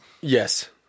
Yes